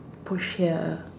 push here